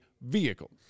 vehicle